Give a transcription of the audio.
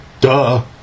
Duh